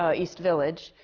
ah east village.